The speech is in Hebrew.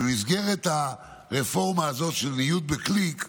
במסגרת הרפורמה הזאת של ניוד בקליק,